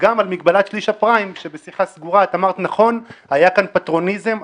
וגם על מגבלת שליש הפריים שבשיחה סגורה אמרת שנכון שהיה פה פטרוניזם,